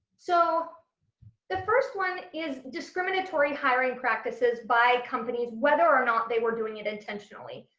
so the first one is discriminatory hiring practices by companies whether or not they were doing it intentionally.